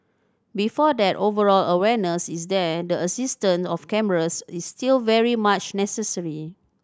before that overall awareness is there and the existence of cameras is still very much necessary